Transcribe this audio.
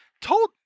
Told